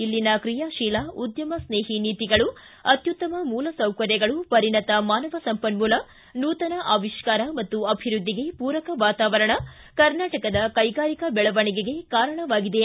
ಇಲ್ಲಿನ ಕ್ರಿಯಾಶೀಲ ಉದ್ದಮ ಸ್ನೇಟಿ ನೀತಿಗಳು ಅತ್ಯುತ್ತಮ ಮೂಲಸೌಕರ್ಯಗಳು ಪರಿಣತ ಮಾನವಸಂಪನ್ಮೂಲ ನೂತನ ಅವಿಷ್ಠಾರ ಮತ್ತು ಅಭಿವ್ಯದ್ಲಿಗೆ ಪೂರಕ ವಾತಾವರಣ ಕರ್ನಾಟಕದ ಕೈಗಾರಿಕಾ ಬೆಳವಣಿಗೆಗೆ ಕಾರಣವಾಗಿದೆ